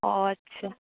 ᱚᱻ ᱟᱪᱪᱷᱟ